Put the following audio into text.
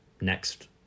next